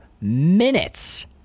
minutes